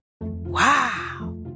Wow